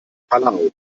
palau